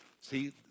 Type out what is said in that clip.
See